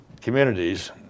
communities